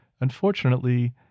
unfortunately